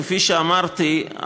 כפי שאמרתי,